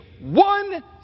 one